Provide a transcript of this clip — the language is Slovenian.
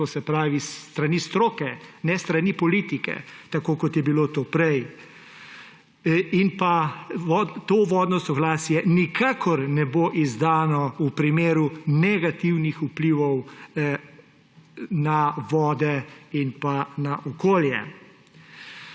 To se pravi, s strani stroke, ne s strani politike, tako kot je bilo to prej, in pa, to vodno soglasje nikakor ne bo izdano v primeru negativnih vplivov na vode in na okolje.